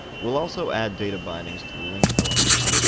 we'll also add data bindings to the link elements.